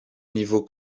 niveau